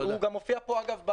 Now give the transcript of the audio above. אגב, הוא מופיע גם במצגת.